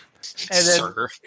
Sir